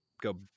go